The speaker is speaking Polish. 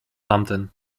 tamten